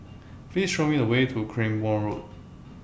Please Show Me The Way to Cranborne Road